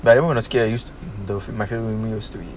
that even wanna scare used the makan with me